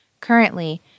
Currently